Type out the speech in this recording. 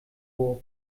wurf